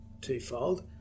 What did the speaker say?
twofold